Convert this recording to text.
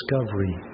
discovery